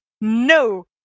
no